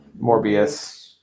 Morbius